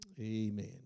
Amen